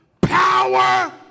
power